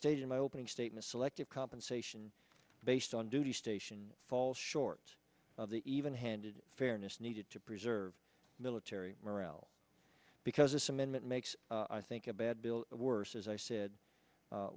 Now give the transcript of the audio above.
stated in my opening statement selective compensation based on duty station falls short of the even handed fairness needed to preserve military morale because this amendment makes i think a bad bill worse as i said